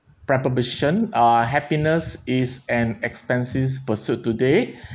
preposition uh happiness is an expensive pursuit today